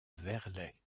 verlet